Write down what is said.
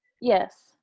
yes